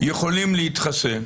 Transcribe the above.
יכולים להתחסן.